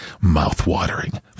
Mouth-watering